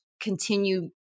continue